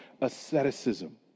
asceticism